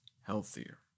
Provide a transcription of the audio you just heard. healthier